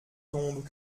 tombe